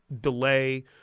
delay